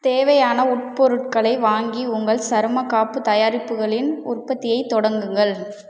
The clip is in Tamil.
தேவையான உட்பொருள்களை வாங்கி உங்கள் சருமக் காப்புத் தயாரிப்புகளின் உற்பத்தியைத் தொடங்குங்கள்